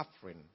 suffering